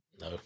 no